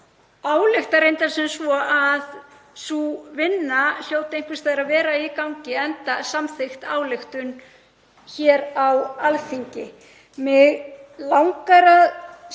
álykta reyndar sem svo að sú vinna hljóti einhvers staðar að vera í gangi enda samþykkt ályktun hér á Alþingi.